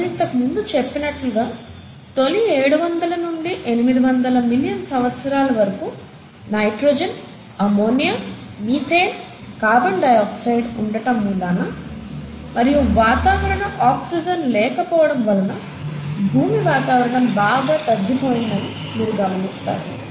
నేను ఇంతకు ముందు చెప్పినట్లుగా తొలి ఏడువందల నుండి ఎనిమిది వందల మిలియన్ సంవత్సరాల వరకు nitrogen ammonia methane carbon dioxide ఉండటం మూలాన మరియు వాతావరణ ఆక్సిజన్ లేకపోవటం వలన భూమి వాతావరణం బాగా తగ్గిపోయిందని మీరు గమనిస్తారు